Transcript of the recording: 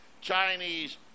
Chinese